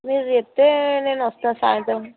మీరు చెప్తే నేను వస్తాను సాయంత్రం